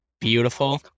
beautiful